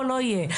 או לא יהיה,